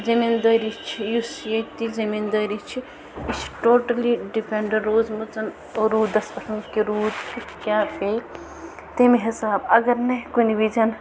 زٔمیٖن دٲری چھِ یُس ییٚتچ زٔمیٖن دٲری چھِ یہِ چھِ ٹوٹلی ڈِپٮ۪نڈنٹ روزمٕژ روٗدس پٮ۪ٹھ کہِ روٗد کیٚاہ پیہِ تمہِ حِساب اگر نہٕ کُنہِ وِز